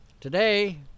today